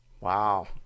wow